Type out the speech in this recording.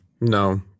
No